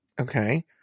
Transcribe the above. okay